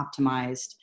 optimized